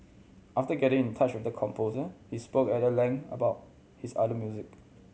after getting in touch with the composer they spoke at length about his other music